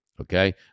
Okay